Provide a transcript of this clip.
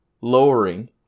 lowering